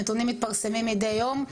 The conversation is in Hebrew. הנתונים מתפרסמים מידי יום.